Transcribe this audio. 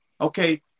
Okay